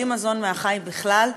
בלי מזון מהחי בכלל.